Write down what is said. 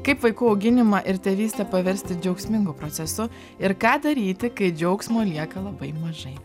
kaip vaikų auginimą ir tėvystę paversti džiaugsmingu procesu ir ką daryti kai džiaugsmo lieka labai mažai